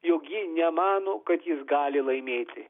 jog ji nemano kad jis gali laimėti